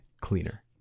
cleaner